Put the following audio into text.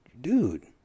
Dude